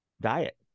diet